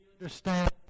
understand